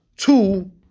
Two